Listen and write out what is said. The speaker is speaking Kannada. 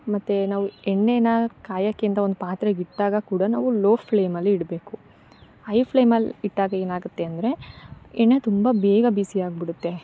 ಮತ್ತು ನಾವು ಎಣ್ಣೆ ಕಾಯಕೆಂತ ಒಂದು ಪಾತ್ರೆಗೆ ಇಟ್ಟಾಗ ಕೂಡ ನಾವು ಲೋ ಫ್ಲೇಮಲ್ಲಿ ಇಡಬೇಕು ಹೈ ಫ್ಲೆಮಲ್ಲಿ ಇಟ್ಟಾಗ ಏನಾಗುತ್ತೆ ಅಂದರೆ ಇನ್ನು ತುಂಬ ಬೇಗ ಬಿಸಿಯಾಗಿಬಿಡುತ್ತೆ